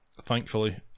thankfully